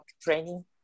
training